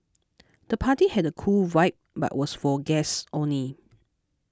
the party had a cool vibe but was for guests only